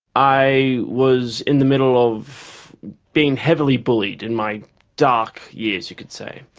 i was in the middle of being heavily bullied in my dark years, you could say.